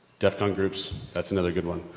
defcon groups, that's another good one.